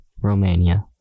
Romania